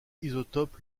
isotope